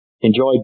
enjoy